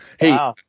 Hey